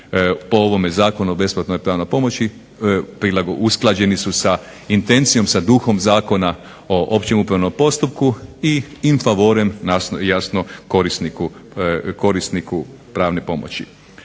po ovome Zakonu o besplatnoj pravnoj pomoći usklađeni su sa intencijom, sa duhom Zakona o općem upravnom postupku i in favorem jasno korisniku pravne pomoći.